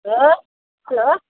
hello hello